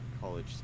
college